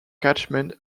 catchment